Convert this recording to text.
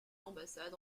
ambassade